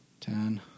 ten